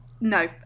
No